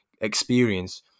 experience